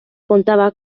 contaba